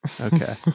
Okay